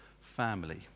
family